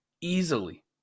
Easily